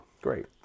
Great